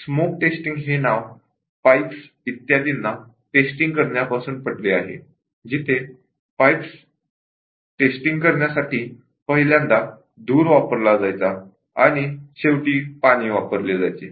smoke testing हे नाव pipes इत्यादिंना टेस्टिंग करण्यापासून पडले आहे जिथे टेस्टिंग करण्यासाठी पहिल्यांदा धूर वापरला जायचा आणि शेवटी पाणी वापरले जायचे